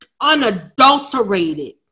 unadulterated